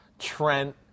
Trent